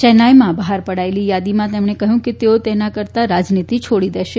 ચેન્નાઇમાં બહાર પડાયેલી યાદીમાં તેમમે કહ્યું છે કે તેઓ તેના કરતાં રાજનીતી છોડી દેશે